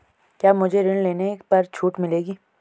क्या मुझे ऋण लेने पर छूट मिलेगी?